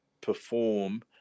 perform